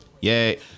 Yay